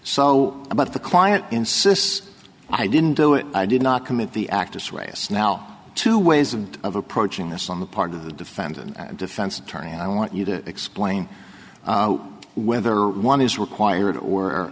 so about the client insists i didn't do it i did not commit the act this way it's now two ways of approaching this on the part of the defendant and defense attorney i want you to explain whether one is required or